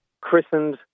christened